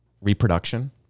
reproduction